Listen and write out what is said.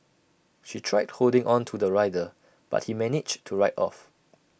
she tried holding on to the rider but he managed to ride off